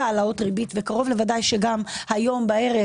העלאות ריבית וכנראה שגם היום בערב,